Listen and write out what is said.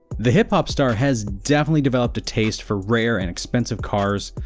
the hip hop star has definitely developed a taste for rare and expensive cars,